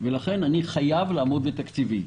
ולכן אני חייב לעמוד בתקציבי.